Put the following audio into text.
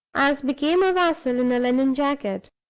as became a vassal in a linen jacket,